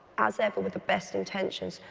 as ever with the best intentions,